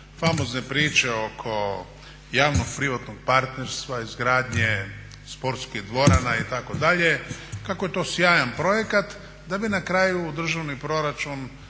famozne priče oko javnog privatnog partnerstva, izgradnje sportskih dvorana itd. kako je to sjajan projekat da bi na kraju u državni proračun